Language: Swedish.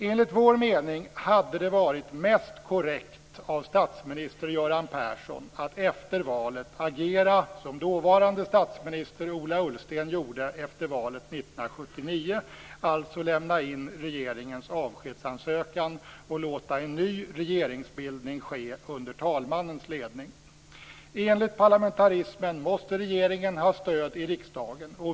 Enligt vår mening hade det varit mest korrekt av statsminister Göran Persson att efter valet agera som den dåvarande statsministern Ola Ullsten gjorde efter valet 1979, alltså lämna in regeringens avskedsansökan och låta en ny regeringsbildning ske under talmannens ledning. Enligt parlamentarismen måste regeringen ha stöd i riksdagen.